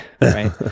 right